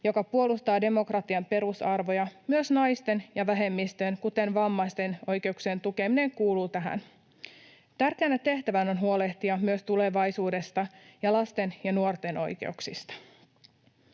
joka puolustaa demokra-tian perusarvoja. Myös naisten ja vähemmistöjen, kuten vammaisten, oikeuksien tukeminen kuuluu samaan pakettiin. Tärkeänä tehtävänä on huolehtia myös tulevaisuudesta ja lasten ja nuorten oikeuksista.